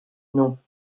non